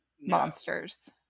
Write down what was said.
monsters